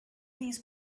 these